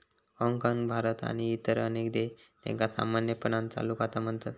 हाँगकाँग, भारत आणि इतर अनेक देश, त्यांका सामान्यपणान चालू खाता म्हणतत